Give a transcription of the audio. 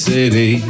City